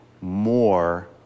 more